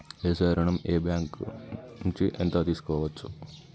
వ్యవసాయ ఋణం ఏ బ్యాంక్ నుంచి ఎంత తీసుకోవచ్చు?